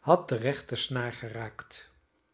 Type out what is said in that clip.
had de rechte snaar geraakt